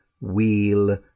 wheel